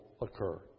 occur